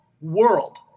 world